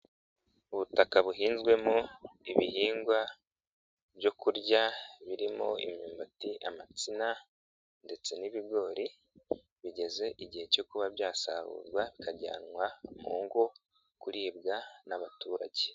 Ubutaka buhinzwemo ibihingwa byo kurya, birimo; imyumbati, amatsina ndetse n'ibigori, bigeze igihe cyo kuba byasarurwa bikajyanwa mu ngo, kuribwa n'abaturage.